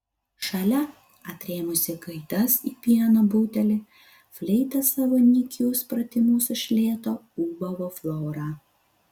šalia atrėmusi gaidas į pieno butelį fleita savo nykius pratimus iš lėto ūbavo flora